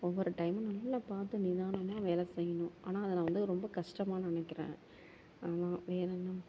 ஒவ்வொரு டைமில் நல்லா பார்த்து நிதானமாக வேலை செய்யணும் ஆனால் அதில் வந்து ரொம்ப கஷ்டமா நினைக்கிறேன் அதான் வேற என்ன